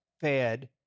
fed